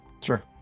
Sure